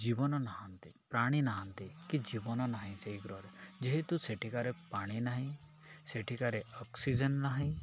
ଜୀବନ ନାହାନ୍ତି ପ୍ରାଣୀ ନାହାନ୍ତି କି ଜୀବନ ନାହିଁ ସେଇଗ୍ରହରେ ଯେହେତୁ ସେଠିକାରେ ପାଣି ନାହିଁ ସେଠିକାରେ ଅକ୍ସିଜେନ୍ ନାହିଁ